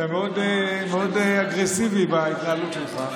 אתה מאוד אגרסיבי בהתנהלות שלך.